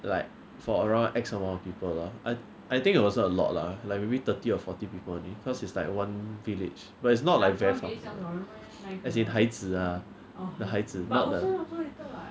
like for around X amount of people lor I think it wasn't a lot lah like maybe thirty or forty people only because is like one village but it's not like very 方便 as in 孩子啊 the 孩子 not the